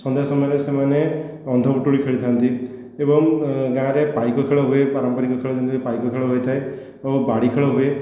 ସନ୍ଧ୍ୟା ସମୟରେ ସେମାନେ ଅନ୍ଧପୁଟୁଳି ଖେଳିଥାନ୍ତି ଏବଂ ଗାଁରେ ପାଇକ ଖେଳ ହୁଏ ପାରମ୍ପରିକ ଖେଳ ଯେମିତି ପାଇକ ଖେଳ ହୋଇଥାଏ ଏବଂ ବାଡ଼ି ଖେଳ ହୁଏ